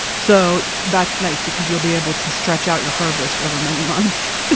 so that's nice because you'll be able to stretch out your harvest over many months.